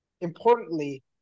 importantly